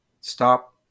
stop